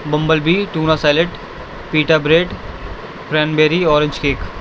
bumble Bee tuna salad pita bread cranberry orange cake